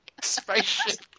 spaceship